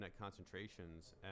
concentrations